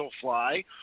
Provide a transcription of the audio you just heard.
fly